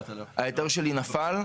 ההיתר שלי נפל,